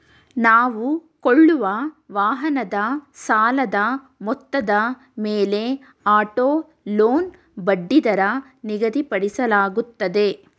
ನಾವು ಕೊಳ್ಳುವ ವಾಹನದ ಸಾಲದ ಮೊತ್ತದ ಮೇಲೆ ಆಟೋ ಲೋನ್ ಬಡ್ಡಿದರ ನಿಗದಿಪಡಿಸಲಾಗುತ್ತದೆ